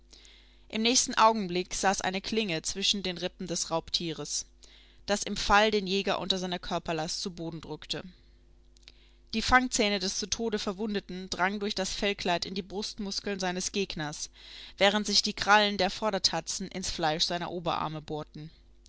im nächsten augenblick saß eine klinge zwischen den rippen des raubtieres das im fall den jäger unter seiner körperlast zu boden drückte die fangzähne des zu tode verwundeten drangen durch das fellkleid in die brustmuskeln seines gegners während sich die krallen der vordertatzen ins fleisch seiner oberarme bohrten